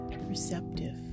receptive